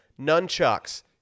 nunchucks